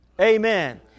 Amen